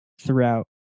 throughout